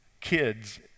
kids